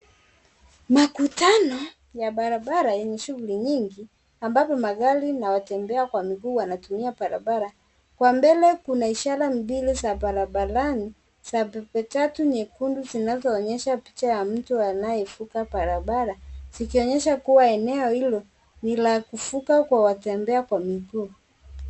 Makutano ya barabara yenye shughuli nyingi ambapo magari na watembea kwa miguu wanatumia barabara. Kwa mbele kuna ishara mbili za barabarani za pembe tatu nyekundu zinazoonyesha picha ya mtu anayevuka barabara, zikionyesha kuwa eneo hilo ni la kuvuka kwa watembea kwa miguu.